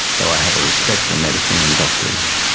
though i have a respect for medicine and doctors.